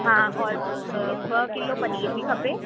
हा और ॿ किलो पनीर बि खपे